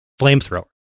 Flamethrower